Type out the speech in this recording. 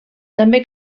també